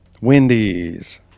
Wendy's